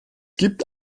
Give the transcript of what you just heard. gibt